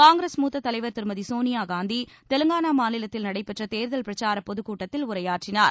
காங்கிரஸ் மூத்த தலைவர் திருமதி சோனியா காந்தி தெலுங்கானா மாநிலத்தில் நடைபெற்ற தேர்தல் பிரச்சார பொதுக்கூட்டத்தில் உரையாற்றினார்